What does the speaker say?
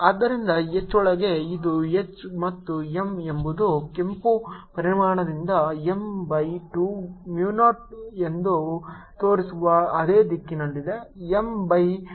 ಆದ್ದರಿಂದ H ಒಳಗೆ ಇದು H ಮತ್ತು M ಎಂಬುದು ಕೆಂಪು ಪರಿಮಾಣದಿಂದ M ಬೈ 2 mu 0 ಎಂದು ತೋರಿಸಿರುವ ಅದೇ ದಿಕ್ಕಿನಲ್ಲಿದೆ M ಬೈ 2